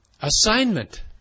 assignment